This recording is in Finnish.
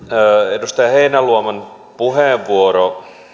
edustaja heinäluoman puheenvuoro